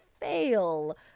fail